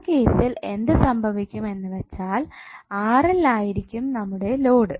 ആ കേസിൽ എന്ത് സംഭവിക്കും എന്ന് വെച്ചാൽ ആയിരിക്കും നമ്മുടെ ലോഡ്